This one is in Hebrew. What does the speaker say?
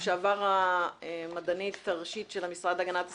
לשעבר המדענית הראשית של המשרד להגנת הסביבה,